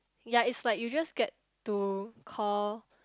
ya it's like you just get to call